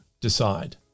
decide